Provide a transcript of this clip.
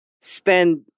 spend